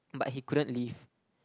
but he couldn't leave